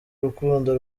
urukundo